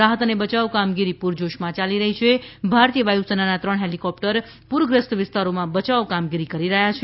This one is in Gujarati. રાહત અને બયાવ કામગીરી પૂરજોશમાં યાલી રહી છ ભારતીય વાયુસેનાના ત્રણ હેલિકોપ્ટર પૂરગ્રસ્ત વિસ્તારોમાં બયાવ કામગીરી કરી રહ્યા છે